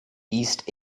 east